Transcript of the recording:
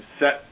set